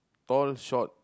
tall short